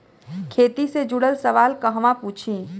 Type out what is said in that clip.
खेती से जुड़ल सवाल कहवा पूछी?